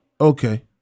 Okay